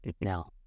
Now